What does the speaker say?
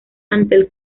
ante